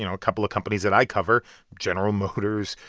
you know a couple of companies that i cover general motors,